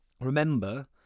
Remember